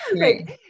Right